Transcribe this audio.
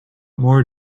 more